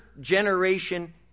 generation